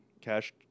cash